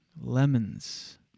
Lemons